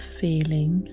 feeling